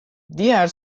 diğer